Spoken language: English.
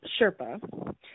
Sherpa